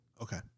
Okay